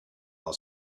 our